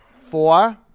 four